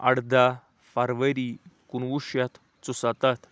اَرداہ فرؤری کُنوُہ شَتھ ژُسَتَتھ